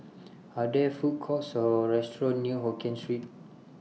Are There Food Courts Or restaurants near Hokkien Street